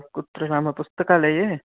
कुत्र नाम पुस्तकालये